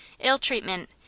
ill-treatment